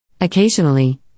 occasionally